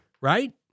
Right